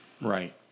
Right